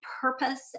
purpose